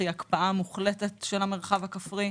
זאת הקפאה מוחלטת של המרחב הכפרי.